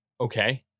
okay